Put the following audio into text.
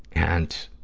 and